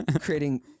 creating